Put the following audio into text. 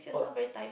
oh